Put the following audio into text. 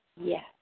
Yes